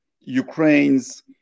Ukraine's